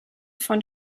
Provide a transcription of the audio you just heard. von